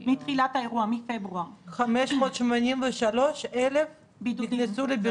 האירוע, מפברואר, 583,000 אנשים הוכנסו לבידוד.